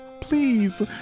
please